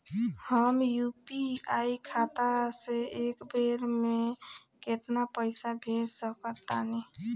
हम यू.पी.आई खाता से एक बेर म केतना पइसा भेज सकऽ तानि?